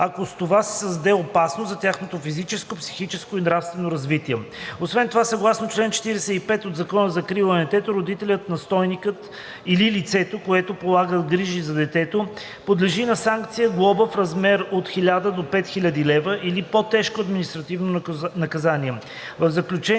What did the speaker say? ако с това се създава опасност за тяхното физическо, психическо и нравствено развитие. Освен това съгласно чл. 45 от Закона за закрила на детето родителят, настойникът или лицето, което полага грижи за детето, подлежи на санкция – глоба в размер от 1000 лв. до 5000 лв. или по-тежко административно наказание.